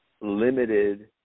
limited